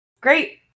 Great